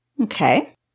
Okay